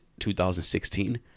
2016